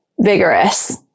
vigorous